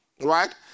right